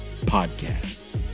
Podcast